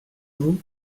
vous